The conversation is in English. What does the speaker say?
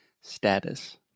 Status